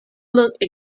looked